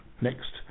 next